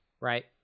Right